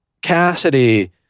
Cassidy